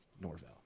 Norvell